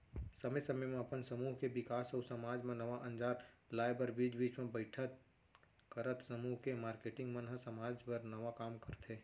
समे समे म अपन समूह के बिकास अउ समाज म नवा अंजार लाए बर बीच बीच म बइठक करत समूह के मारकेटिंग मन ह समाज बर नवा काम करथे